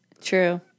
True